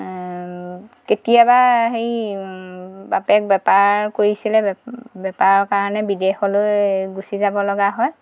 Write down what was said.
কেতিয়াবা হেৰি বাপেক বেপাৰ কৰিছিলে বেপাৰৰ কাৰণে বিদেশলৈ গুছি যাব লগা হয়